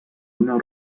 una